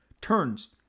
turns